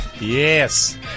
Yes